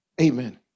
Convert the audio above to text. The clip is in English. Amen